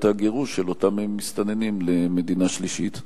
הגירוש של אותם מסתננים למדינה שלישית?